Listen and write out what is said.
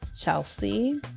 Chelsea